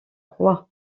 rois